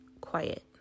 quiet